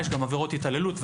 יש גם עבירות התעללות,